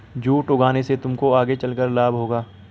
jute उगाने से तुमको आगे चलकर लाभ होगा